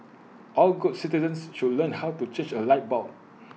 all good citizens should learn how to change A light bulb